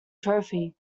trophy